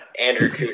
Andrew